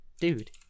dude